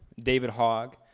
david hogg,